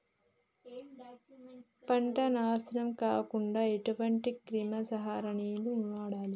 పంట నాశనం కాకుండా ఎటువంటి క్రిమి సంహారిణిలు వాడాలి?